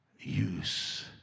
use